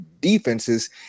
defenses